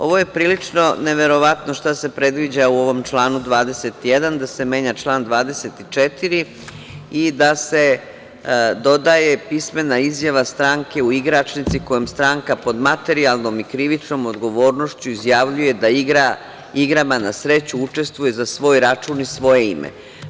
Ovo je prilično neverovatno šta se predviđa u ovom članu 21, da se menja član 24. i da se dodaje pismena izjave stranke u igračnici, kojom stranka pod materijalnom i krivičnom odgovornošću izjavljuje da u igrama na sreću učestvuje za svoj račun i svoje ime.